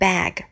Bag